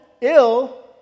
Ill